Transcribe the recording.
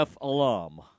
alum